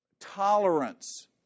tolerance